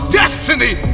destiny